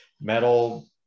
metal